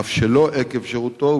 אף שלא עקב שירותו,